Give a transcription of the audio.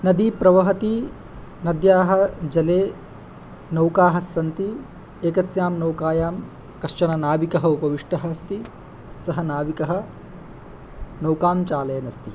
नदी प्रवहती नद्याः जले नौकाः सन्ति एकस्यां नौकायां कश्चननाविकः उपविष्टः अस्ति सः नाविकः नौकां चालयन्नस्ति